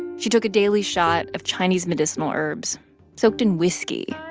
she took a daily shot of chinese medicinal herbs soaked in whiskey.